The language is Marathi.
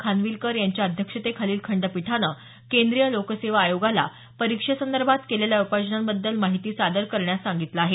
खानविलकर यांच्या अध्यक्षतेखालील खंडपीठानं केंद्रीय लोकसेवा आयोगाला परीक्षेसंदर्भात केलेल्या उपाययोजनांबद्दल माहिती सादर करण्यास सांगितलं आहे